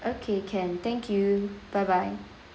okay can thank you bye bye